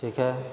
ٹھیک ہے